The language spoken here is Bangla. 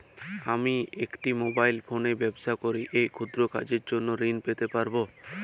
আমি একটি মোবাইল ফোনে ব্যবসা করি এই ক্ষুদ্র কাজের জন্য ঋণ পেতে পারব?